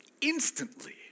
instantly